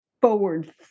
forward